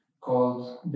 called